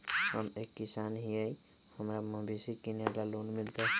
हम एक किसान हिए हमरा मवेसी किनैले लोन मिलतै?